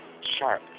sharp